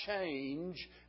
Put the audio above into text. change